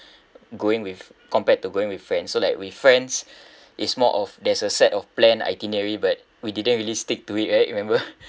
going with compared to going with friends so like with friends is more of there's a set of planned itinerary but we didn't really stick to it right remember